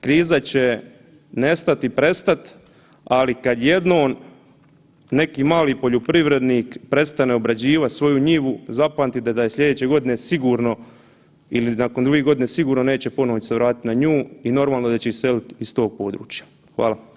Kriza će nestat i prestat, ali kad jednon neki mali poljoprivrednik prestane obrađivat svoju njivu, zapamtite da je slijedeće godine sigurno ili nakon dvi godine sigurno neće ponovo se vratit na nju i normalno d će iselit iz tog područja.